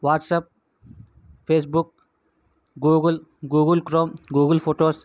WhatsApp Facebook Google Google chrome Google photos